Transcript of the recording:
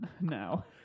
now